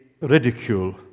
ridicule